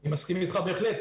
אני מסכים איתך בהחלט.